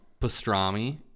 pastrami